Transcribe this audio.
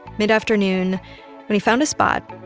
mid-afternoon when he found a spot,